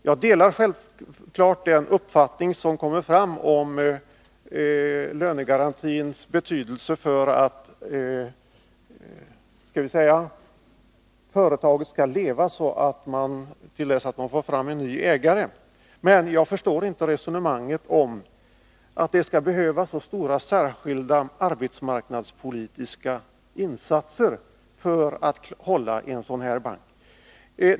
Jag delar självfallet den uppfattning som kommer fram där om lönegarantins betydelse för att företaget skall kunna leva till dess man får fram en ny ägare. Men jag förstår inte resonemanget att det skall behövas så stora särskilda arbetsmarknadspolitiska insatser för att hålla en sådan här bank.